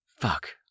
Fuck